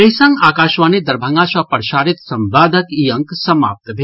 एहि संग आकाशवाणी दरभंगा सँ प्रसारित संवादक ई अंक समाप्त भेल